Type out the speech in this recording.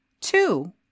Two